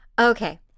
Okay